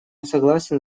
согласен